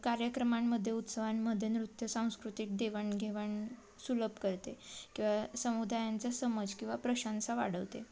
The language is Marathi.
कार्यक्रमांमध्ये उत्सवांमध्ये नृत्य सांस्कृतिक देवाणघेवाण सुलभ करते किंवा समुदायांचा समज किंवा प्रशंसा वाढवते